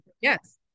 Yes